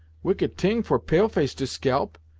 wicked t'ing for pale-face to scalp.